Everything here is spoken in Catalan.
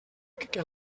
que